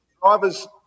drivers